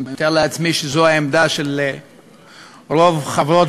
אני מתאר לעצמי שזו העמדה של רוב חברות